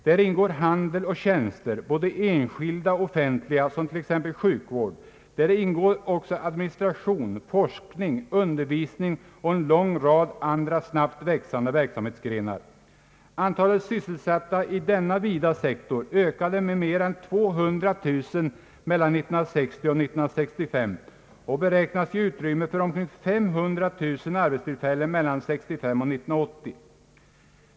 Häri ingår handel och tjänster, både enskilda och offentliga — som t.ex. sjukvård. Här ingår också administration, forskning, undervisning och en lång rad andra snabbt växande verksamhetsgrenar. Antalet sysselsatta i denna vida sektor ökade med mer än 200 000 mellan åren 1960 och 1965 och beräknas ge utrymme för omkring 500 000 nya arbetstillfällen mellan åren 1965 och 1980.